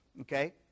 okay